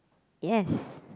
yes